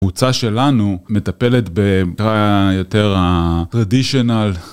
קבוצה שלנו מטפלת ב... יותר ה... רדישיונל